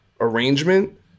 arrangement